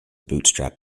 bootstrap